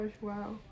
Wow